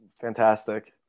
fantastic